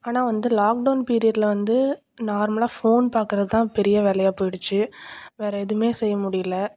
ஆனால் வந்து லாக்டவுன் பீரியடில் வந்து நார்மலாக ஃபோன் பார்க்கறதுதான் பெரிய வேலையாக போயிடுச்சு வேறே எதுவுமே செய்ய முடியல